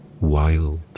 wild